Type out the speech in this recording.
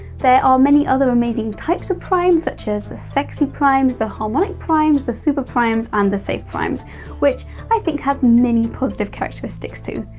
there are many other amazing types of prime, such as the sexy primes, the harmonic primes, the super primes and the safe primes which i think have many positive characteristics too!